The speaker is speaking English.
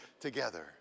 together